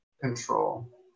control